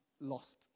lost